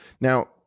Now